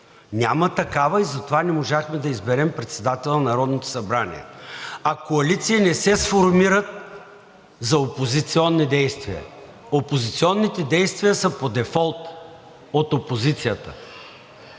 Няма такава и затова не можахме да изберем председател на Народното събрание. А коалиции не се сформират за опозиционни действия. Опозиционните действия са по дефолт от опозицията.